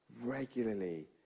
regularly